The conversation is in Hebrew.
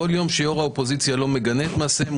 כל יום שיו"ר האופוזיציה לא מגנה את מעשיהם,